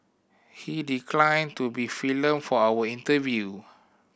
he declined to be filmed for our interview